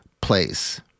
Place